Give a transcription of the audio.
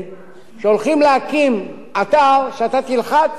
היא שהולכים להקים אתר שאתה תלחץ